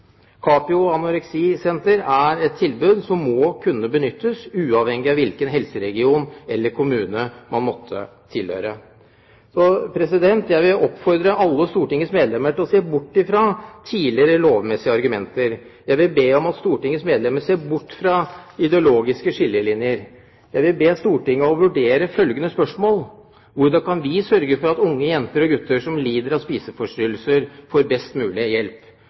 Capio Anoreksi Senter er et tilbud som må kunne benyttes uavhengig av hvilken helseregion eller kommune man måtte tilhøre. Jeg vil oppfordre alle Stortingets medlemmer til å se bort fra tidligere lovmessige argumenter. Jeg vil be om at Stortingets medlemmer ser bort fra ideologiske skillelinjer. Jeg vil be Stortinget om å vurdere følgende spørsmål: Hvordan kan vi sørge for at unge jenter og gutter som lider av spiseforstyrrelser, får best mulig hjelp?